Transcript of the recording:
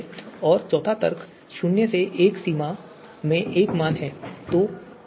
और चौथा तर्क शून्य से एक की सीमा में एक मान है